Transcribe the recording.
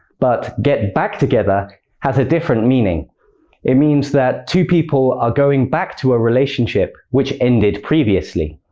but get back together has a different meaning it means that two people are going back to a relationship which ended previously.